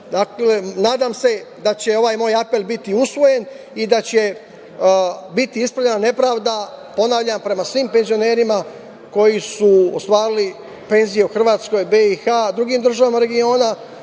Srbiji. Dakle, nadam se da će ovaj moj apel biti usvojen i da će biti ispunjena nepravda, ponavljam, prema svim penzionerima koji su ostvarili penzije u Hrvatskoj, BiH, drugim državama regiona,